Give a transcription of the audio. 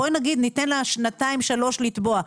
בואי נגיד שניתן לה שנתיים-שלוש לתבוע,